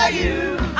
ah you